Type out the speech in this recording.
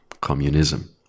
communism